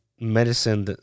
medicine